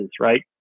Right